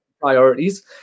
priorities